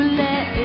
let